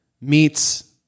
meets